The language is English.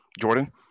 Jordan